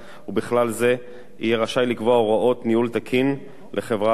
ובכלל זה יהיה רשאי לקבוע הוראות ניהול תקין לחברה הבת